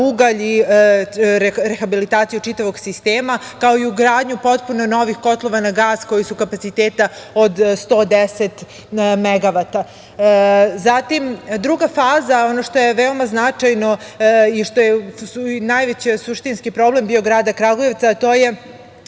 ugalj i rehabilitaciju čitavog sistema, kao i ugradnju potpuno novih kotlova na gas koji su kapaciteta od 110 megavata. Zatim, druga faza, ono što je veoma značajno i što je najveći suštinski problem bio grada Kragujevca, to je